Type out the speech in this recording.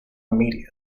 immediate